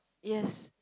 yes